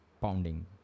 pounding